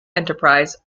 enterprise